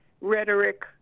rhetoric